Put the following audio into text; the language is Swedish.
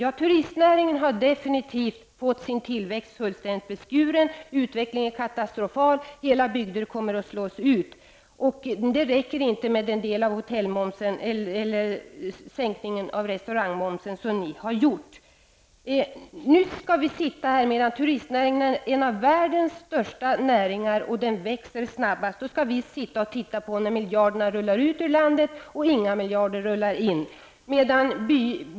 Ja, turistnäringen har avgjort fått sin tillväxt fullständigt beskuren, utvecklingen är katastrofal, hela bygder kommer att slås ut och det räcker inte ens med en sänkning av restaurangmomsen. Turistnäringen är en av världens största näringar, och dessutom växer den snabbast. Då skall vi enbart sitta här och titta på hur miljarder rullar ut ur landet men ej in i landet.